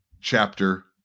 chapter